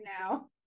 now